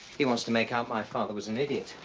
he wants to make out my father was an idiot.